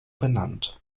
benannt